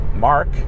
Mark